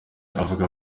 avuga